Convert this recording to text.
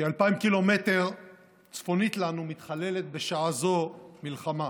כ-2,000 ק"מ צפונית לנו מתחוללת בשעה זו מלחמה.